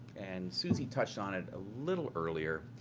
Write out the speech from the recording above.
and susie touched on it a little earlier,